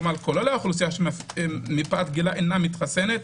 כולל האוכלוסייה שמפאת גילה אינה מתחסנת,